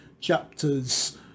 chapters